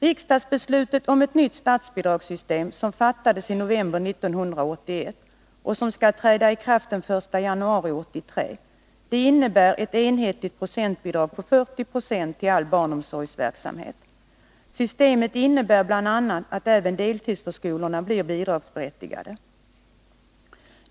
Riksdagsbeslutet om ett nytt statsbidragssystem, som fattades i november 1981 och som skall träda i kraft den 1 januari 1983, innebär ett enhetligt procentbidrag på 40 96 till all barnomsorgsverksamhet. Systemet innebär bl.a. att även deltidsförskolor blir bidragsberättigade.